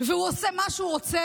והוא עושה מה שהוא רוצה.